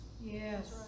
Yes